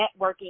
networking